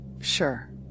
Sure